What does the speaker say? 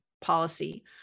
policy